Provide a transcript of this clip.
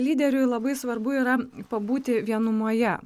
lyderiui labai svarbu yra pabūti vienumoje